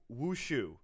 wushu